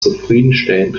zufriedenstellend